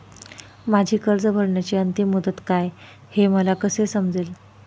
माझी कर्ज भरण्याची अंतिम मुदत काय, हे मला कसे समजेल?